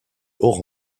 haut